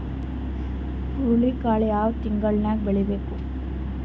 ಹುರುಳಿಕಾಳು ಯಾವ ತಿಂಗಳು ನ್ಯಾಗ್ ಬೆಳಿಬೇಕು?